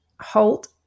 halt